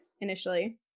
initially